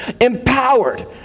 empowered